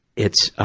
it's, um,